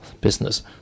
business